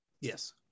Yes